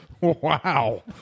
wow